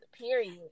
period